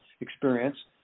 experience